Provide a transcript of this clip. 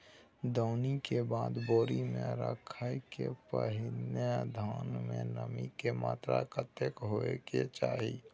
दौनी के बाद बोरी में रखय के पहिने धान में नमी के मात्रा कतेक होय के चाही?